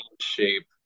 shape